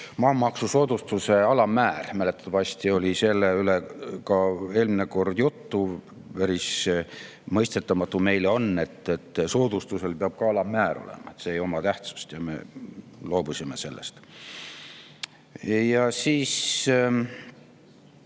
maamaksusoodustuse alammäär. Mäletatavasti oli sellest ka eelmine kord juttu. Päris mõistetamatu meile on, et soodustusel peab ka alammäär olema. See ei oma tähtsust ja me loobusime sellest. Meil käis